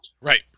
right